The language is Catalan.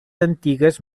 antigues